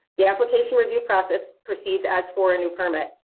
the application review process proceeds as for a new permit.